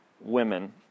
women